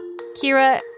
Kira